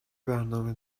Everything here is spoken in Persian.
برنامه